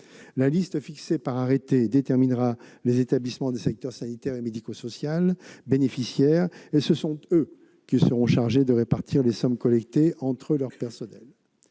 La liste fixée par arrêté déterminera les établissements des secteurs sanitaire et médico-social bénéficiaires, et ce sont eux qui seront chargés de répartir les sommes collectées entre leurs personnels.